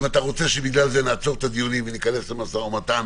אם אתה רוצה שבגלל זה נעצור את הדיונים וניכנס עכשיו למשא ומתן